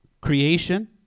creation